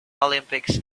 olympics